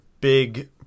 big